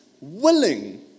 willing